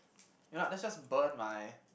you know let's just burn my